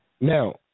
Now